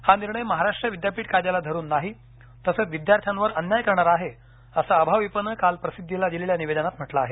हा निर्णय महाराष्ट्र विद्यापीठ कायद्याला धरून नाही तसंच विद्यार्थ्यांवर अन्याय करणारा आहे असं अभाविप नं काल प्रसिद्धीला दिलेल्या निवेदनात म्हटलं आहे